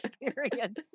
experience